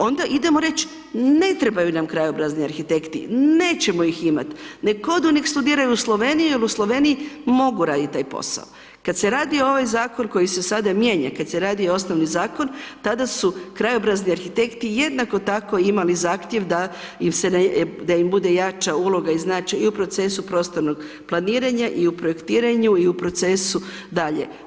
Onda idemo reći, ne trebaju nam krajobrazni arhitekti, nećemo ih imati, nek odu, nek studiraju u Sloveniji jel u Sloveniji mogu radit taj posao, kad se radio ovaj zakon koji se sada mijenja, kad se radio osnovni zakon tada su krajobrazni arhitekti jednako tako imali zahtjev da im se, da im bude jača uloga i značaj i u procesu prostornog planiranja i u projektiranju i u procesu dalje.